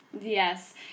Yes